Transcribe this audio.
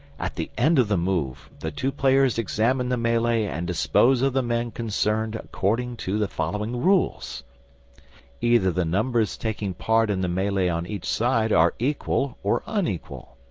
at the end of the move the two players examine the melee and dispose of the men concerned according to the following rules either the numbers taking part in the melee on each side are equal or unequal.